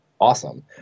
awesome